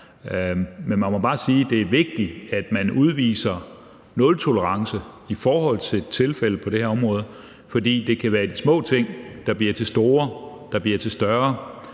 Men man må bare sige, at det er vigtigt, at man udviser nultolerance i forhold til tilfældene på det her område, for det kan være de små ting, der bliver til de store,